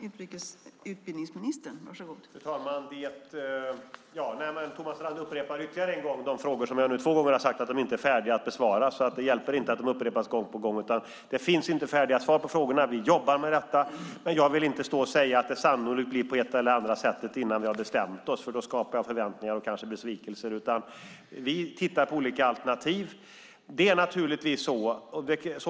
Fru talman! Thomas Strand upprepar ytterligare en gång de frågor som jag nu två gånger har sagt inte är färdiga att besvara. Det hjälper inte att upprepa dem gång på gång. Det finns inte färdiga svar på frågorna. Vi jobbar med detta. Jag vill inte stå och säga att det sannolikt blir på det ena eller andra sättet innan vi har bestämt oss, för då skapar jag förväntningar och kanske besvikelser. Vi tittar på olika alternativ.